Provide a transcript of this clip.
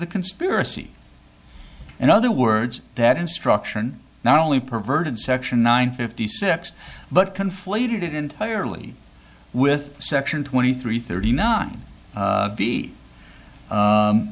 the conspiracy in other words that instruction not only perverted section nine fifty six but conflated it entirely with section twenty three thirty nine